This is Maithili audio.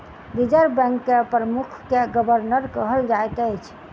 रिजर्व बैंक के प्रमुख के गवर्नर कहल जाइत अछि